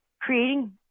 creating